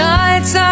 nights